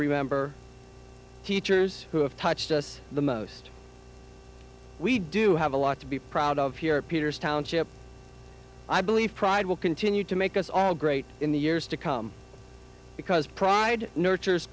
remember teachers who have touched us the most we do have a lot to be proud of here peters township i believe pride will continue to make us all great in the years to come because pride nurtures